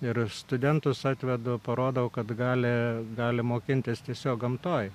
ir studentus atvedu parodau kad gali gali mokintis tiesiog gamtoj